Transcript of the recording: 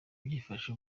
byifashe